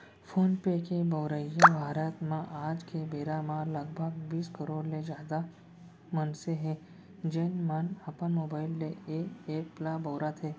phone पे के बउरइया भारत म आज के बेरा म लगभग बीस करोड़ ले जादा मनसे हें, जेन मन अपन मोबाइल ले ए एप ल बउरत हें